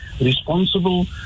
responsible